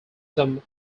some